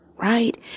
Right